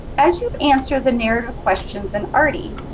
as you answer the narrative questions in artie,